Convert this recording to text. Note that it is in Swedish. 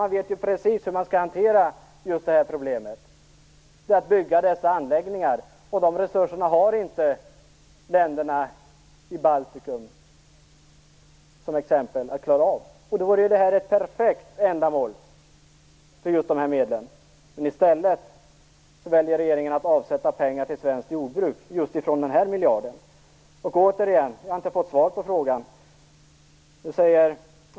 Man vet ju precis hur man skall hantera just det här problemet - genom att bygga dessa anläggningar. Länderna i Baltikum, t.ex., har inte resurser för att klara av det, så det vore ett perfekt ändamål för just dessa medel. Men i stället väljer regeringen att avsätta pengar från den här miljarden till svenskt jordbruk. Återigen: Jag har inte fått svar på frågan varför.